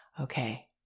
Okay